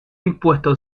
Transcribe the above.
impuesto